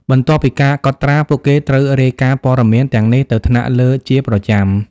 បន្ទាប់ពីការកត់ត្រា ពួកគេត្រូវរាយការណ៍ព័ត៌មានទាំងនេះទៅថ្នាក់លើជាប្រចាំ។